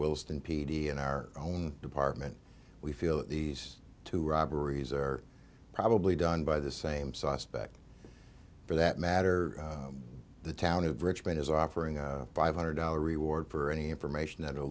wilson p d in our own department we feel that these two robberies are probably done by the same sauce back for that matter the town of richmond is offering a five hundred dollar reward for any information that will